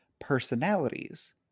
personalities